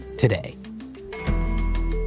Today